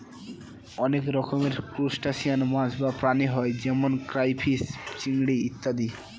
অনেক রকমের ত্রুসটাসিয়ান মাছ বা প্রাণী হয় যেমন ক্রাইফিষ, চিংড়ি ইত্যাদি